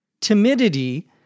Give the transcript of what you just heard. Timidity